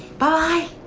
bye.